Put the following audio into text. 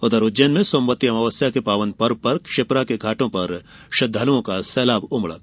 उधर उज्जैन में सोमवती अमावस्या के पावन पर्व पर शिप्रा के घाटों घाटों पर श्रद्धालुओं का सैलाब उमडा